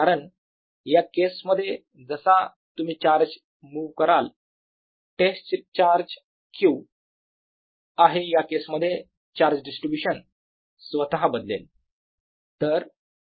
कारण या केसमध्ये जसा तुम्ही चार्ज मूव्ह कराल टेस्ट चार्ज जो q आहे या केसमध्ये चार्ज डिस्ट्रीब्यूशन स्वतः बदलेल